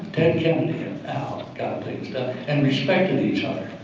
ted kennedy and al got things done and respected each other.